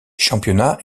championnats